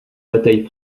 batailles